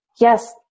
yes